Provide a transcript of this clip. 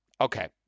Okay